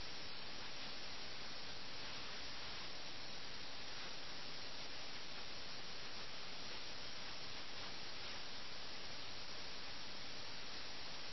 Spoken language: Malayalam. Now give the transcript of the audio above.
അതിനാൽ ഈ പ്രത്യേക നഗരമായ ലഖ്നൌവിൽ അധികാരശ്രേണികൾ അട്ടിമറിക്കപ്പെടുകയും നശിപ്പിക്കപ്പെടുകയും ചെയ്യുന്നു